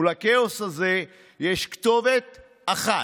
ולכאוס הזה יש כתובת אחת: